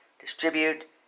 distribute